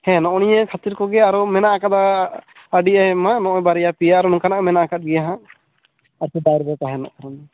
ᱦᱮᱸ ᱱᱚᱜᱼᱚ ᱱᱤᱭᱟᱹ ᱠᱷᱟᱹᱛᱤᱨ ᱠᱚᱜᱮ ᱟᱨᱚ ᱢᱮᱱᱟᱜ ᱟᱠᱟᱫᱟ ᱟᱹᱰᱤ ᱟᱭᱢᱟ ᱱᱚᱜ ᱚᱭ ᱵᱟᱨᱭᱟ ᱯᱮᱭᱟ ᱟᱨᱚ ᱱᱚᱝᱠᱟᱱᱟᱜ ᱢᱮᱱᱟᱜ ᱟᱠᱟᱫ ᱜᱮᱭᱟ ᱦᱟᱸᱜ ᱵᱟᱭᱨᱮ ᱨᱮᱠᱚ ᱛᱟᱦᱮᱸᱱᱚᱜ ᱠᱷᱚᱱ